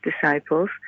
disciples